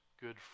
good